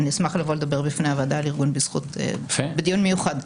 אני אשמח לבוא לדבר בפני הוועדה על ארגון "בזכות" בדיון מיוחד.